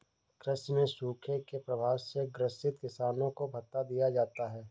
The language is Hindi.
कृषि में सूखे के प्रभाव से ग्रसित किसानों को भत्ता दिया जाता है